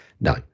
no